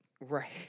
Right